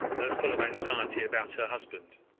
though full of anxiety about her husband.